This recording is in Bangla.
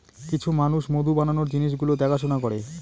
কিছু মানুষ মধু বানানোর জিনিস গুলো দেখাশোনা করে